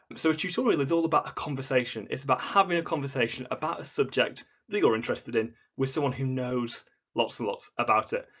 so a tutorial is all about a conversation, it's about having a conversation about a subject that you're interested in with someone who knows lots and lots about it.